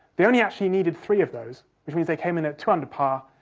they only actually needed three of those, which means they came in at two under par,